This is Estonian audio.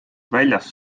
väljas